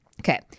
Okay